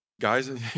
guys